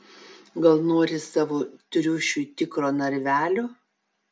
gal nori savo triušiui tikro narvelio